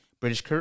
British